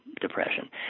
depression